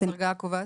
הדרגה הקובעת?